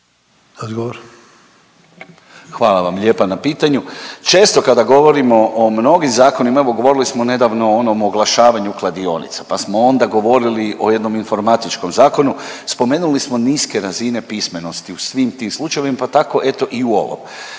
Hvala vam lijepa na pitanju. Često kada govorimo o mnogim zakonima, evo govorili smo nedavno o onom oglašavanju kladionica. Pa smo onda govorili o jednom informatičkom zakonu, spomenuli smo niske razine pismenosti u svim tim slučajevima, pa tako eto i u ovom.